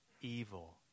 evil